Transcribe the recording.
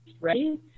ready